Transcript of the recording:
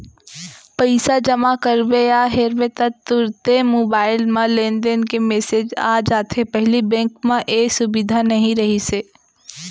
पइसा जमा करबे या हेरबे ता तुरते मोबईल म लेनदेन के मेसेज आ जाथे पहिली बेंक म ए सुबिधा नई रहिस हे